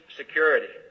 security